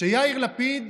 שיאיר לפיד